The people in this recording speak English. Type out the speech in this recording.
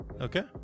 Okay